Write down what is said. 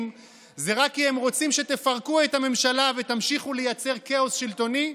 זה רק כי הם רוצים שתפרקו את הממשלה ותמשיכו לייצר כאוס שלטוני,